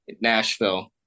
Nashville